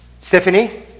Stephanie